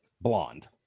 Blonde